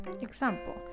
Example